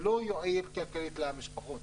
ולא יועיל כלכלית למשפחות.